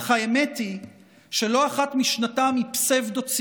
אך האמת היא שלא אחת משנתם היא פסאודו-ציונות,